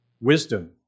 wisdom